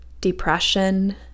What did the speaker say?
depression